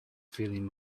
feeling